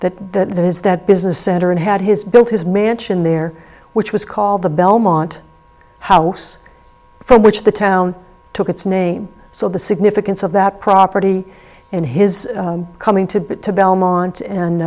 that that is that business center and had his built his mansion there which was called the belmont house from which the town took its name so the significance of that property and his coming to it to belmont